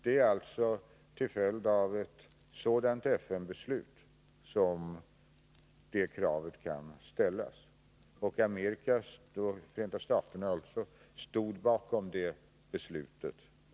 Det är alltså till följd av ett sådant FN-beslut som det kravet kan ställas. Även Förenta staterna stod alltså bakom detta beslut.